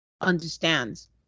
understands